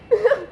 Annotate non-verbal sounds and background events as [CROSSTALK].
[LAUGHS]